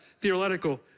theoretical